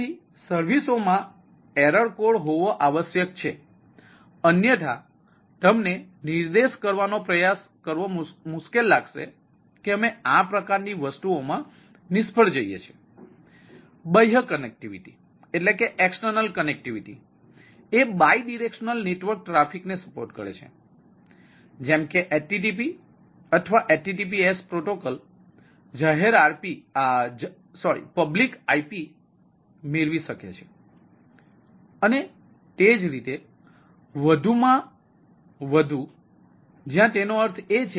તેથી સર્વિસઓમાં error code હોવો આવશ્યક છે અન્યથા તમને નિર્દેશ કરવાનો પ્રયાસ કરવો મુશ્કેલ લાગશે કે અમે આ પ્રકારની વસ્તુઓમાં નિષ્ફળ જઈએ છીએ